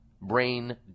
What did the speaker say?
brain